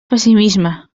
pessimisme